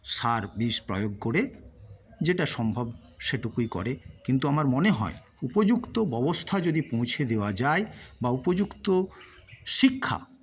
সার বিষ প্রয়োগ করে যেটা সম্ভব সেটুকুই করে কিন্তু আমার মনে হয় উপযুক্ত ব্যবস্থা যদি পৌঁছে দেওয়া যায় বা উপযুক্ত শিক্ষা